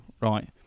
Right